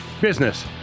business